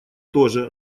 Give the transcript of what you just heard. тоже